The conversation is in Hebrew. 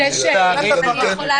שתי שאלות אחרי שתתייחסו.